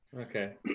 Okay